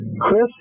Chris